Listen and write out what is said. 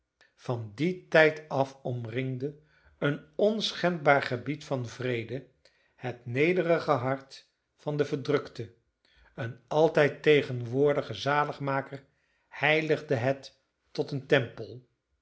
van dien tijd af omringde een onschendbaar gebied van vrede het nederige hart van den verdrukte een altijd tegenwoordige zaligmaker heiligde het tot een tempel